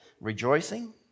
rejoicing